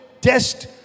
test